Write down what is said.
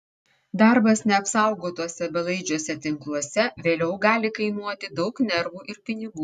darbas neapsaugotuose belaidžiuose tinkluose vėliau gali kainuoti daug nervų ir pinigų